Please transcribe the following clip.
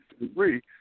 agree